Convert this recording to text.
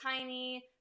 tiny